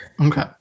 okay